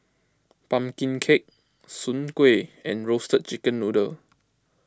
Pumpkin Cake Soon Kueh and Roasted Chicken Noodle